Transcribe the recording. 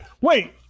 wait